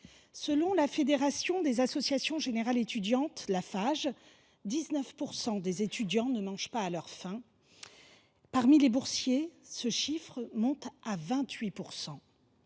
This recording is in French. Selon la Fédération des associations générales étudiantes (Fage), 19 % des étudiants ne mangent pas à leur faim ; parmi les boursiers, ce chiffre monte à 28